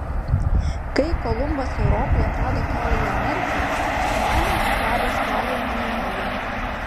kai kolumbas europai atrado kelią į ameriką manė atradęs kelią į indiją